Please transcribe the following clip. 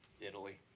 Italy